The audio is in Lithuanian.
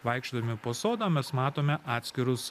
vaikščiodami po sodą mes matome atskirus